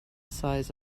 size